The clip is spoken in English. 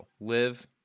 Live